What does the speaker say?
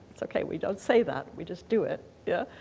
it's ok. we don't say that. we just do it, yeah.